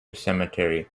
cemetery